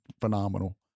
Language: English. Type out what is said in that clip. phenomenal